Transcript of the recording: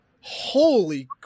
Holy